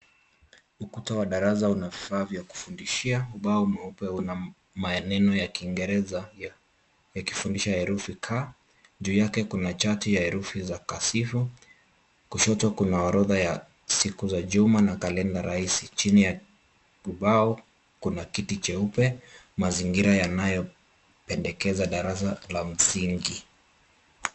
Ukuta wa darasa una vifaa vya kufundishia, ubao mweupe una maneno ya kiingereza yakifundisha herufi K, juu yake kuna chati ya herufi za kasifu , kushoto kuna orodha ya siku za juma na kalenda rahisi, chini ya ubao kuna kiti cheupe. Mazingira yanayopendekeza darasa la msingi.